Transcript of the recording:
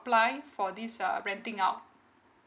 apply for these uh renting out